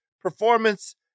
performance